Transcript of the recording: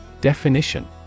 Definition